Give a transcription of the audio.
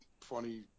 funny